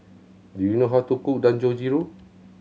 do you know how to cook Dangojiru